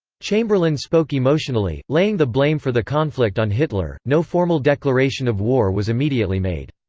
chamberlain spoke emotionally, laying the blame for the conflict on hitler no formal declaration of war was immediately made.